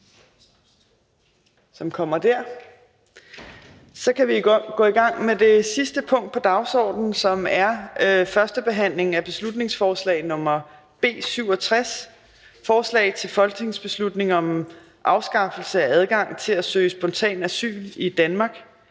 – som kommer her. --- Det sidste punkt på dagsordenen er: 6) 1. behandling af beslutningsforslag nr. B 67: Forslag til folketingsbeslutning om afskaffelse af adgang til at søge spontant asyl i Danmark.